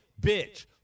bitch